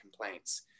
complaints